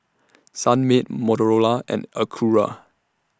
Sunmaid Motorola and Acura